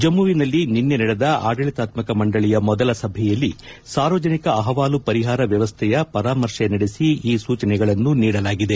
ಜಮ್ಮವಿನಲ್ಲಿ ನಿನ್ನೆ ನಡೆದ ಆಡಳಿತಾತ್ಮಕ ಮಂಡಳಿಯ ಮೊದಲ ಸಭೆಯಲ್ಲಿ ಸಾರ್ವಜನಿಕ ಅಹವಾಲು ಪರಿಹಾರ ವ್ಯವಸ್ಥೆಯ ಪರಾಮರ್ಶೆ ನಡೆಸಿ ಈ ಸೂಚನೆಗಳನ್ನು ನೀಡಲಾಗಿದೆ